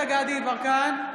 יברקן,